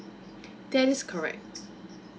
that is correct